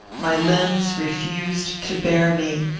my limbs refused to bear me,